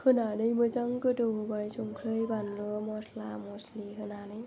होनानै मोजां गोदौ होबाय संख्रि बानलु मस्ला मस्लि होनानै